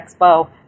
expo